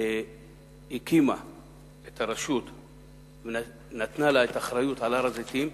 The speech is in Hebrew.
הקימה את הרשות ונתנה לה את האחריות להר-הזיתים,